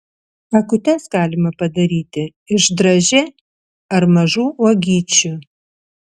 akutes galima padaryti iš dražė ar mažų uogyčių